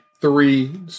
three